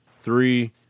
three